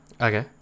Okay